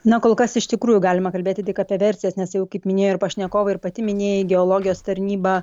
na kol kas iš tikrųjų galima kalbėti tik apie versijas nes jau kaip minėjo ir pašnekovai ir pati minėjai geologijos tarnyba